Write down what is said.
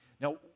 Now